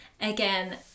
again